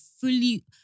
fully